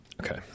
Okay